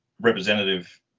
representative